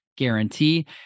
Guarantee